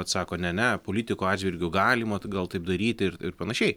atsako ne ne politiko atžvilgiu galima gal taip daryti ir ir panašiai